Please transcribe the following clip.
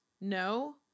no